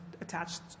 attached